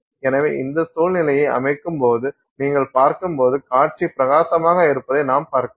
எனவே இந்த சூழ்நிலையை அமைக்கும் போது நீங்கள் பார்க்கும்போது காட்சி பிரகாசமாக இருப்பதை நாம் பார்க்கலாம்